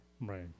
Right